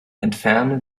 entferne